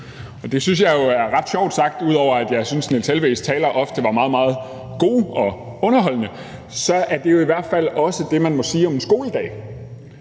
Det synes jeg jo er ret sjovt sagt. Ud over at jeg synes, at Niels Helveg Petersens taler ofte var meget, meget gode og underholdende, så er det jo i hvert fald også det, man må sige om en skoledag,